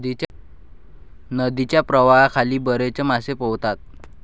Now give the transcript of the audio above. नदीच्या प्रवाहाखाली बरेच मासे पोहतात